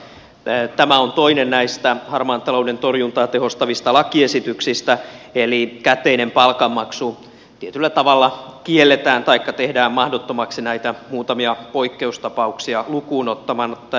tämä on toinen näistä harmaan talouden torjuntaa tehostavista lakiesityksistä eli käteinen palkanmaksu tietyllä tavalla kielletään taikka tehdään mahdottomaksi näitä muutamia poikkeustapauksia lukuun ottamatta